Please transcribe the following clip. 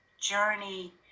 journey